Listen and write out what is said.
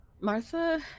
Martha